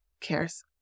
cares